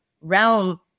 realm